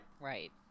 Right